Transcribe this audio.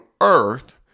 earth